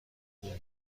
اون